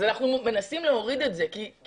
אז אנחנו מנסים להוריד את זה, כי